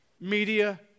media